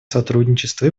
сотрудничество